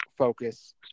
focus